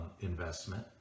investment